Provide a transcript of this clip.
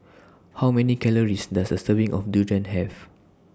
How Many Calories Does A Serving of Durian Have